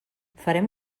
farem